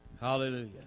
hallelujah